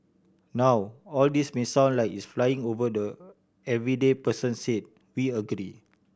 now all this may sound like it's flying over the everyday person said we agree